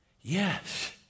Yes